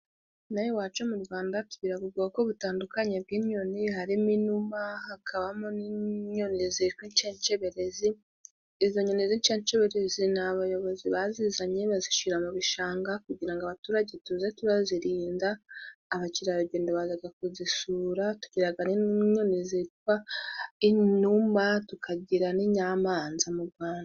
Ino aha iwacu mu Rwanda tugiraga ubwoko butandukanye bw'inyoni. Harimo inuma, hakabamo n'inyoni zitwa incenceberezi. Izo nyoni z' incenceberezi, ni abayobozi bazizanye bazishira mu bishanga, kugira ngo abaturage tuze turazirinda. Abakerarugendo bazaga kuzisura. Tugiraga n'inyoni zitwa inuma, tukagira n'inyamanza mu Rwanda.